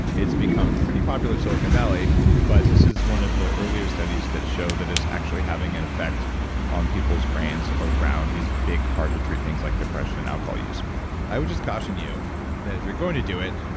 it's become pretty popular in silicon valley but this is one of the earlier studies that show that it's actually having an effect on people's brains around these big hard to treat things like depression and alcohol use i would just caution you that if you're going to do it,